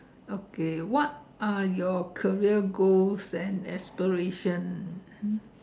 okay what are your career goals and aspirations hmm